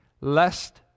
lest